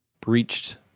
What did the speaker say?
breached